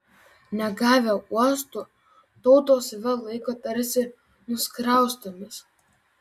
negavę uostų tautos save laiko tarsi nuskriaustomis